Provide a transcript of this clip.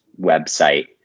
website